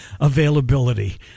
availability